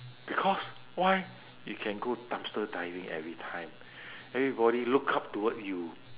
because why you can go dumpster diving everytime everybody look up toward you